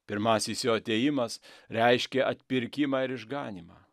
pirmasis jo atėjimas reiškė atpirkimą ir išganymą